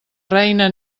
reina